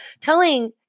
telling